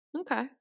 Okay